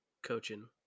coaching